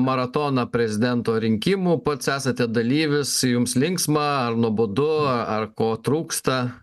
maratoną prezidento rinkimų pats esate dalyvis jums linksma ar nuobodu ar ko trūksta